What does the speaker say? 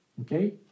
Okay